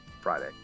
Friday